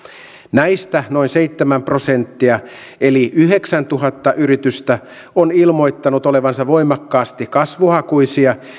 näistä noin seitsemän prosenttia eli yhdeksäntuhatta yritystä on ilmoittanut olevansa voimakkaasti kasvuhakuisia